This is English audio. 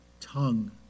tongue